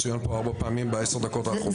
זה צוין פה ארבע פעמים בעשר הדקות האחרונות.